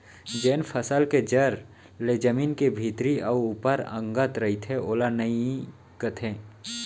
जेन फसल के जर ले जमीन के भीतरी अउ ऊपर अंगत रइथे ओला नइई कथें